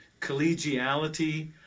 collegiality